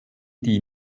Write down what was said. die